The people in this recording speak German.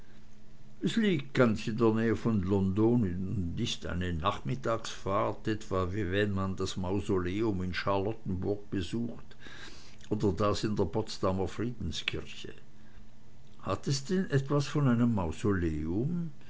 es liegt ganz in der nähe von london und ist eine nachmittagsfahrt etwa wie wenn man das mausoleum in charlottenburg besucht oder das in der potsdamer friedenskirche hat es denn etwas von einem mausoleum